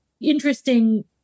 interesting